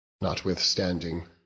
Notwithstanding